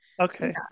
Okay